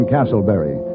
Castleberry